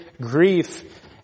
grief